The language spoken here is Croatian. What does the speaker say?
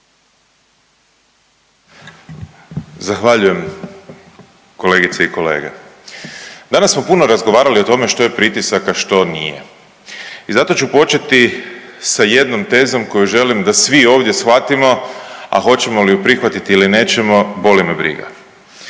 Zahvaljujem kolegice i kolege. Danas smo puno razgovarali o tome što je pritisak, a što nije i zato ću početi sa jednom tezom koju želim da svi ovdje shvatimo, a hoćemo li ju prihvatiti ili nećemo boli me briga.